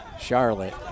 Charlotte